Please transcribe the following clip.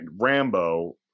Rambo